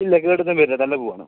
ഇല്ല കേടൊന്നും വരില്ല നല്ല പൂവാണ്